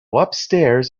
upstairs